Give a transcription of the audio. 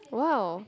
!wow!